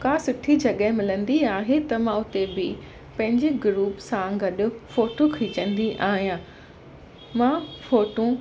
का सुठी जॻह मिलंदी आहे त मां उते बि पंहिंजे ग्रुप सां गॾु फोटो खीचंदी आहियां मां फोटो